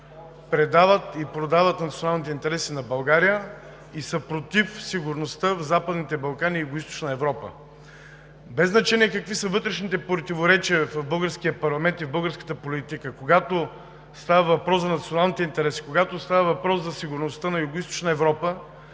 предават и продават националните интереси на България и са против сигурността в Западните Балкани и в Югоизточна Европа. Без значение какви са вътрешните противоречия в българския парламент и в българската политика – когато става въпрос за националните интереси, когато става въпрос за сигурността на Югоизточна Европа,